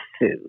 food